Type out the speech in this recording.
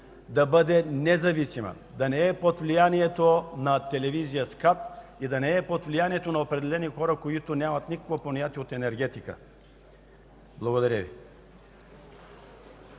да бъде независима, да не е под влиянието на телевизия СКАТ и да не е под влиянието на определени хора, които нямат никакво понятие от енергетика. Благодаря Ви.